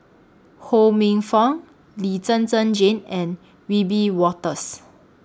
Ho Minfong Lee Zhen Zhen Jane and Wiebe Wolters